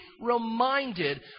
reminded